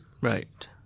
Right